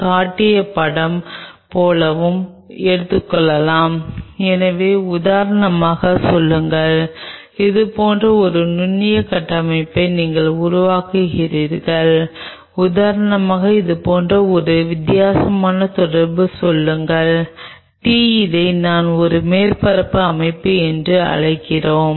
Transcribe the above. chip cell அடிப்படையிலான பயோசென்சர்களில் ஆய்வகத்தை நீங்கள் அறிவது இவை போன்ற வளர்ந்து வரும் தொழில்நுட்பங்கள்